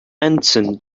anson